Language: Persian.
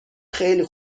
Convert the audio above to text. خیلی